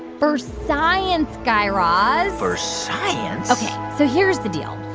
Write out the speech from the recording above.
for science, guy raz for science? ok. so here's the deal.